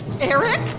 Eric